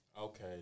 Okay